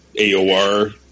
aor